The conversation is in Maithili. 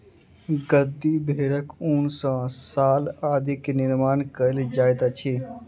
गद्दी भेड़क ऊन सॅ शाल आदि के निर्माण कयल जाइत अछि